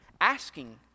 asking